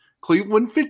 Cleveland